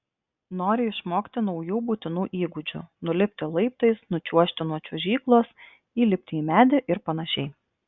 nori išmokti naujų būtinų įgūdžių nulipti laiptais nučiuožti nuo čiuožyklos įlipti į medį ir panašiai